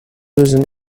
used